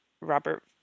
Robert